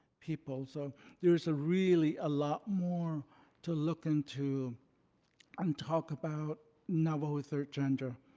people. so there's ah really a lot more to look into and talk about navajo third gender.